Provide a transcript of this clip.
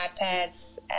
iPads